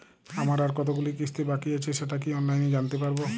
আমার আর কতগুলি কিস্তি বাকী আছে সেটা কি অনলাইনে জানতে পারব?